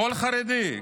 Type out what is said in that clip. כל חרדי,